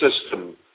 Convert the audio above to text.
system